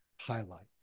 highlights